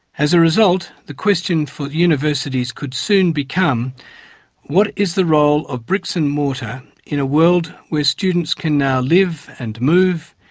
as a result, the question for universities could soon become what is the role of bricks and mortar in a world where students can now live and move,